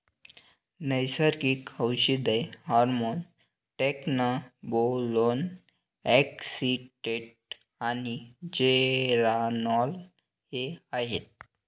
नैसर्गिक औषधे hormones trenbolone acetate आणि जेरानोल हे आहेत